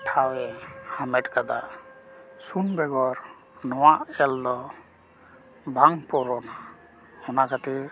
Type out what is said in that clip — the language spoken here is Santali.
ᱴᱷᱟᱶ ᱮ ᱦᱟᱢᱮᱴ ᱠᱟᱫᱟ ᱥᱩᱱ ᱵᱮᱜᱚᱨ ᱱᱚᱣᱟ ᱮᱞ ᱫᱚ ᱵᱟᱝ ᱯᱳᱨᱳᱱᱟ ᱚᱱᱟ ᱠᱷᱟᱹᱛᱤᱨ